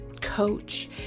coach